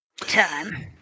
Time